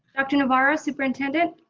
dr. navarro superintendent,